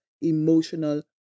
emotional